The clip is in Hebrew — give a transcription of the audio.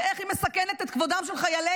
ואיך היא מסכנת את כבודם של חיילינו,